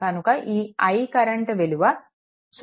కనుక ఈ i current విలువ 0